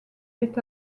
est